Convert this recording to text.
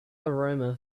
aroma